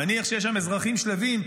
נניח שיש שם אזרחים שלווים,